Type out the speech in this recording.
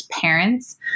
parents